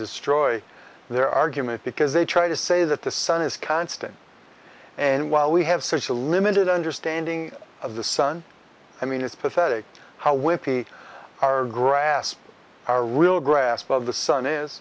destroy their argument because they try to say that the sun is constant and while we have such a limited understanding of the sun i mean it's pathetic how wimpy our grasp our real grasp of the sun is